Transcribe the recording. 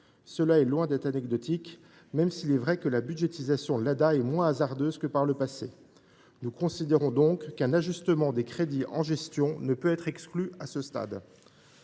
C’est loin d’être anecdotique ; notons cependant que la budgétisation de l’ADA est moins hasardeuse que par le passé. Nous considérons donc qu’un ajustement des crédits en gestion ne peut pas être exclu à ce stade.